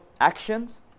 actions